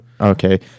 Okay